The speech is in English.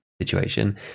situation